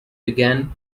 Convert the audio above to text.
began